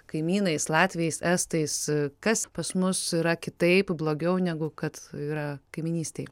kaimynais latviais estais kas pas mus yra kitaip blogiau negu kad yra kaimynystėj